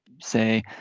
say